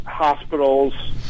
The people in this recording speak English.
hospitals